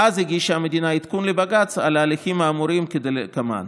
ואז הגישה המדינה עדכון לבג"ץ על ההליכים האמורים כדלקמן,